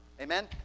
Amen